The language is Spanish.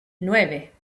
nueve